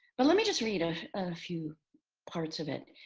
but let me just read a few parts of it.